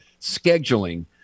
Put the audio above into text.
scheduling